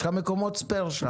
יש לך מקומות ספייר.